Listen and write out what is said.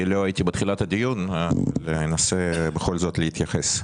לא הייתי בתחילת הדיון אבל אני אנסה להתייחס בכל זאת.